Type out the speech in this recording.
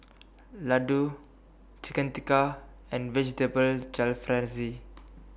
Ladoo Chicken Tikka and Vegetable Jalfrezi